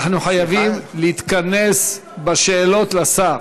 אנחנו חייבים להתכנס בשאלות לשר.